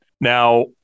Now